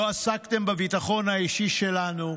לא עסקתם בביטחון האישי שלנו,